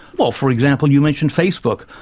well for example, you mentioned facebook.